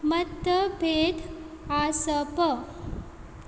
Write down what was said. मतभेद आसप